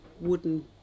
wooden